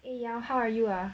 诶杨 how are you ah